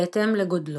בהתאם לגודלו.